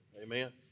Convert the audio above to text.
Amen